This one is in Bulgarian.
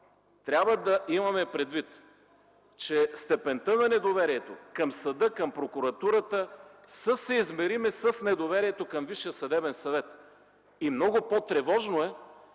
трябва да имаме предвид, че степента на недоверието към съда и прокуратурата са съизмерими с недоверието към Висшия съдебен съвет. Много по-тревожно е,